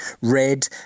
red